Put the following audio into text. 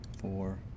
four